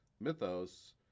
mythos